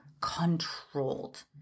controlled